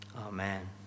Amen